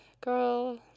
Girl